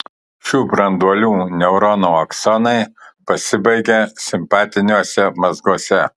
šių branduolių neuronų aksonai pasibaigia simpatiniuose mazguose